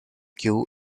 queue